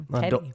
Teddy